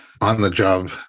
on-the-job